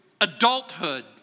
adulthood